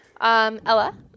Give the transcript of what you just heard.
Ella